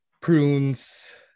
prunes